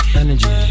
energy